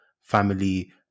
family